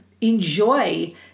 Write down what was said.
enjoy